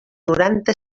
noranta